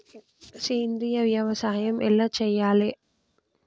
సేంద్రీయ వ్యవసాయం ఎలా చెయ్యాలే?